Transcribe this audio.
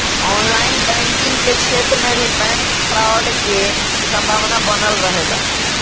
online banking के क्षेत्र में भी बैंक फ्रॉड के संभावना बनल रहेला